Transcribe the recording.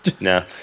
no